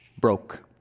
broke